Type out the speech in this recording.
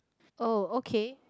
oh okay